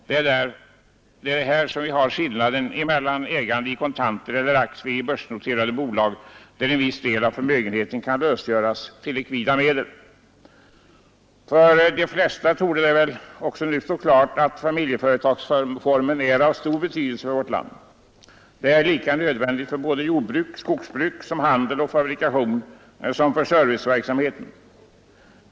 Det är här vi har skillnaden mellan ägande i kontanter och aktier i börsnoterade bolag, där viss del av förmögenheten kan lösgöras till likvida medel. För de flesta torde det väl nu stå klart att familjeföretagsformen är av stor betydelse för vårt land. Den är lika nödvändig för såväl jordbruk, skogsbruk, handel och fabrikation som för serviceverksamheten.